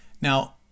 Now